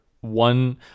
one